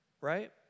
right